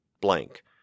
blank